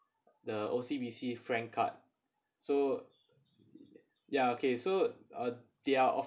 the O_C_B_C frank card so ya okay so uh they are